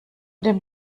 dem